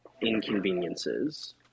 inconveniences